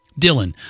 Dylan